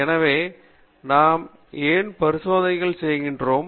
எனவே நாம் ஏன் பரிசோதனைகள் செய்கிறோம்